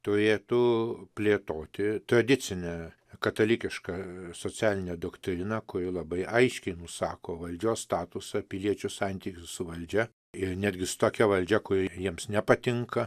turėtų plėtoti tradicinę katalikišką socialinę doktriną kuri labai aiškiai nusako valdžios statusą piliečių santykį su valdžia ir netgi su tokia valdžia kuri jiems nepatinka